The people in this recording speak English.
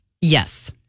Yes